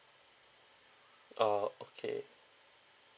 ah okay